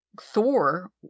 Thor